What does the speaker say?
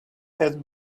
had